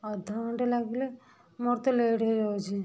ଅଧ ଘଣ୍ଟେ ଲାଗିଲେ ମୋର ତ ଲେଟ୍ ହେଇଯାଉଛି